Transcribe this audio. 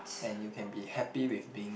and you can be happy with being